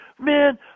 Man